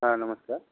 हा नमस्कार आपण